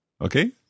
Okay